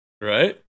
Right